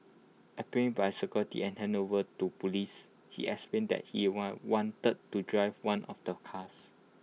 apprehended by security and handed over to Police he explained that he had wanted to drive one of the cars